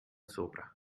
sopra